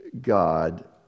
God